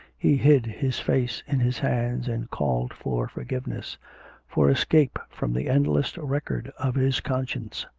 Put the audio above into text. he hid his face in his hands and called for forgiveness for escape from the endless record of his conscience.